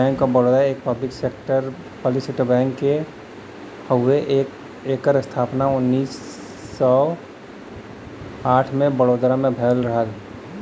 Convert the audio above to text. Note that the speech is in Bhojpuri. बैंक ऑफ़ बड़ौदा एक पब्लिक सेक्टर क बैंक हउवे एकर स्थापना उन्नीस सौ आठ में बड़ोदरा में भयल रहल